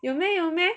有咩有咩